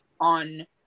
on